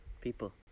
people